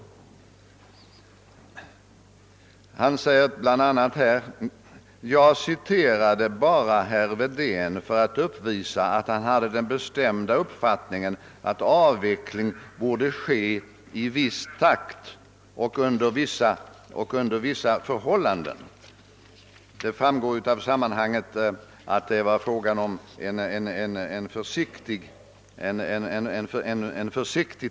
Herr Svenning säger bl.a.: Jag citerade bara herr Wedén för att uppvisa att han hade den bestämda uppfattningen att avveckling borde ske i viss takt och under vissa förhållanden. Det framgår av sammanhanget att det var fråga om en försiktig takt.